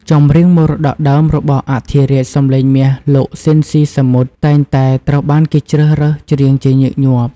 ចម្រៀងមរតកដើម របស់អធិរាជសម្លេងមាស លោក ស៊ីន ស៊ីសាមុត តែងតែត្រូវបានគេជ្រើសរើសច្រៀងជាញឹកញាប់។